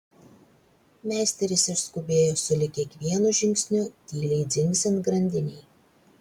meisteris išskubėjo sulig kiekvienu žingsniu tyliai dzingsint grandinei